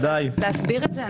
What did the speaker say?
אתם יכולים להסביר את זה?